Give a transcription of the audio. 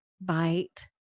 bite